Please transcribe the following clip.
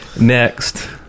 Next